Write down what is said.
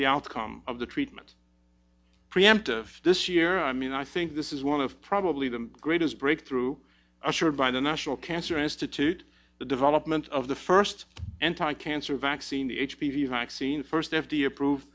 the outcome of the treatments preemptive this year i mean i think this is one of probably the greatest breakthrough assured by the national cancer institute the development of the first anti cancer vaccine the h p v vaccine first f d a approved